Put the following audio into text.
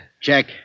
Check